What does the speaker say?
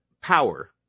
power